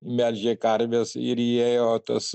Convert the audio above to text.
melžė karves ir įėjo tas